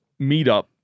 meetup